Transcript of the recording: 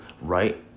right